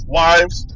wives